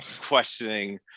questioning